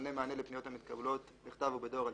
מענה מלא לפניות המתקבלות בכתב או בדואר אלקטרוני,